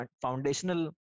foundational